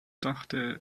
dachte